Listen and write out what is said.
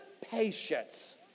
patience